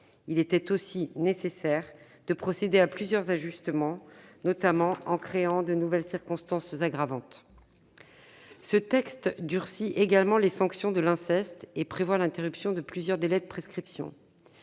il était aussi nécessaire de procéder à plusieurs ajustements, notamment en créant de nouvelles circonstances aggravantes. Ce texte durcit également les sanctions de l'inceste et prévoit l'interruption de plusieurs délais de prescription.